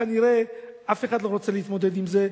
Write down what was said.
כנראה אף אחד לא רוצה להתמודד עם זה.